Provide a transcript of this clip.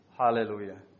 Hallelujah